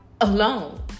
Alone